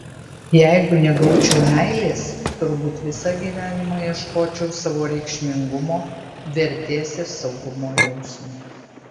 jeigu negaučiau meilės turbūt visą gyvenimą ieškočiau savo reikšmingumo vertės ir saugumo jausmo